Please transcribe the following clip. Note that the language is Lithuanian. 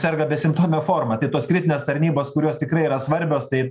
serga besimptome forma tai tos kritinės tarnybos kurios tikrai yra svarbios tai